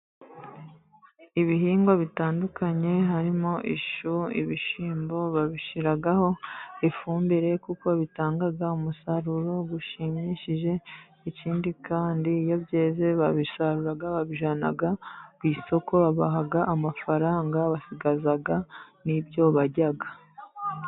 Ibihingwa bitandukanye harimo ishu, ibishyimbo babishyiraho ifumbire kuko bitanga umusaruro ushimishije, ikindi kandi iyo byeze babisarura babijyana ku isoko babaha amafaranga basigaza n'ibyo barya.